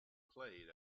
played